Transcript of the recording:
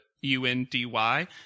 U-N-D-Y